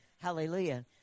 Hallelujah